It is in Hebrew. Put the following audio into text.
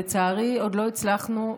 לצערי לא הצלחנו.